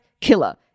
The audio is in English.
killer